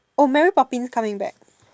oh mary Poppins coming back